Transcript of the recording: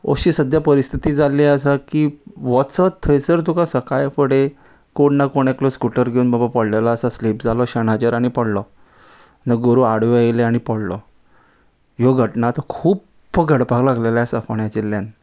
अशी सद्द्या परिस्थिती जाल्ली आसा की वचत थंयसर तुका सकाळ फुडे कोण ना कोण एकलो स्कुटर घेवन बाबा पडलेलो आसा स्लीप जालो शेणाचेर आनी पडलो ना गोरू आडवे येयले आनी पडलो ह्यो घटना आतां खूप घडपाक लागलेले आसा फोण्या जिल्ल्यान